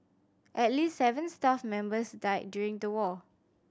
at least seven staff members died during the war